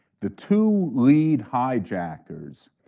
the two lead hijackers,